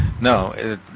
No